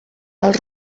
els